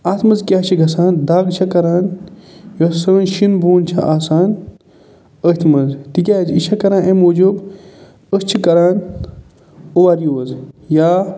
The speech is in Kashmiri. اَتھ منٛز کیٛاہ چھِ گژھان دَگ چھےٚ کران یۄس سٲنۍ شِن بون چھِ آسان أتھۍ منٛز تِکیٛازِ یہِ چھےٚ کران أمۍ موجوٗب أسۍ چھِ کران اُوَر یوٗز یا